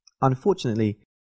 unfortunately